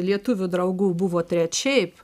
lietuvių draugų buvo trečiaip